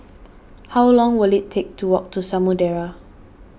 how long will it take to walk to Samudera